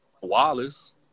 Wallace